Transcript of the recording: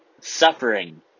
Suffering